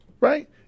right